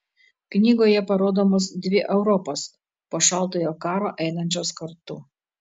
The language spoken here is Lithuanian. knygoje parodomos dvi europos po šaltojo karo einančios kartu